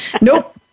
Nope